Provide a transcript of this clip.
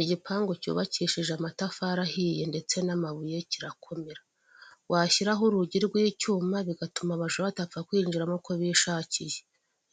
Igipangu cyubakishije amatafari ahiye ndetse n'amabuye kirakomera, washyiraho urugi rw'icyuma bigatuma abajura batapfa kuyinjiramo uko bishakiye,